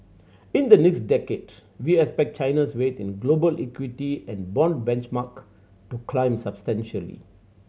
in the next decade we expect China's weight in global equity and bond benchmark to climb substantially